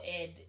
ed